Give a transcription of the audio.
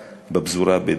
בפזורה הבדואית בדרום.